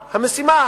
המשימה,